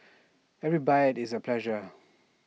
every bite is A pleasure